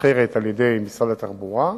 נשכרת על-ידי משרד התחבורה,